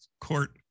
court